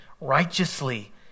righteously